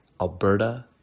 Alberta